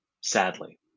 Sadly